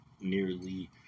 nearly